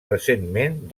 recentment